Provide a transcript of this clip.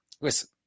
Listen